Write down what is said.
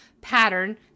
pattern